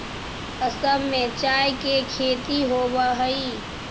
असम में चाय के खेती होवऽ हइ